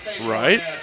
Right